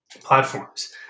platforms